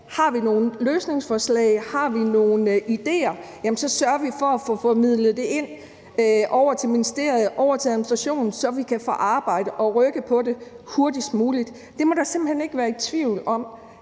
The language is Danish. har vi nogle løsningsforslag, og har vi nogle idéer, så sørger vi for at få formidlet det over til ministeriet, over til administrationen, så vi kan få arbejdet med det og rykket på det hurtigst muligt. Der må simpelt hen ikke være tvivl om,